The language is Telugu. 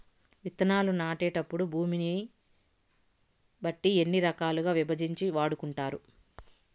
విత్తనాలు నాటేటప్పుడు భూమిని బట్టి ఎన్ని రకాలుగా విభజించి వాడుకుంటారు?